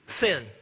sin